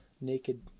naked